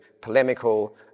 polemical